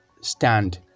stand